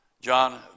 John